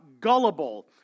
gullible